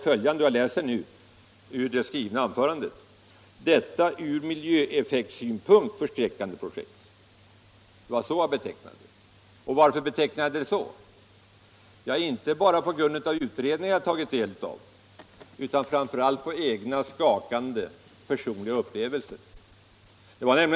Vad jag sade var ”detta ur miljöeffektsynpunkt förskräckande projekt”. Varför betecknade jag det så? Ja, inte bara på grund av utredningar som jag har tagit del av utan framför allt på grund av skakande personliga upplevelser.